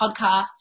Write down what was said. podcast